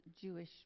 Jewish